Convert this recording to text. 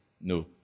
No